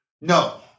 No